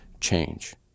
change